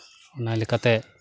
ᱚᱱᱟᱞᱮᱠᱟᱛᱮ